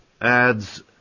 adds